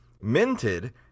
minted